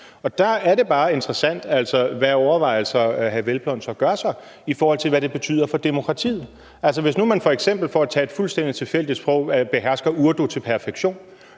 Og der er det bare interessant, hvad overvejelser, hr. Hvelplund så gør sig, i forhold til hvad det betyder for demokratiet. Altså, hvis nu man f.eks. behersker urdu til perfektion,